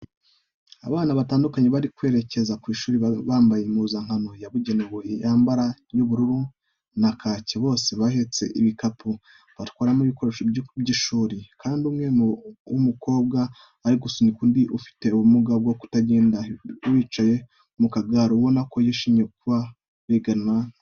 Abana batandukanye bari kwerekeza ku ishuri, bambaye impuzankano yabugenewe y'amabara y'ubururu na kacye. Bose bahetse ibikapu batwaramo ibikoresho by'ishuri, kandi umwe w'umukobwa ari gusunika undi ufute ubumuga bwo kutagenda wicaye mu kagare, ubona ko bishimiye kuba bigana na we.